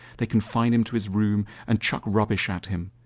they can fine him to his room and chuck rubbish at him.